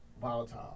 volatile